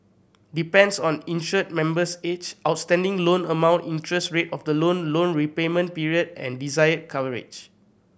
depends on insured member's age outstanding loan amount interest rate of the loan loan repayment period and desired coverage